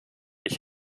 ich